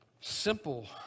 simple